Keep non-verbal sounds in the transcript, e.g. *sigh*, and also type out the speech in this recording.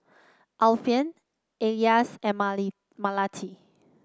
Alfian Elyas and *unintelligible* Melati